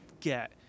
get